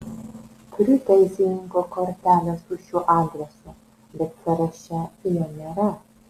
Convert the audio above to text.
turiu teisininko kortelę su šiuo adresu bet sąraše jo nėra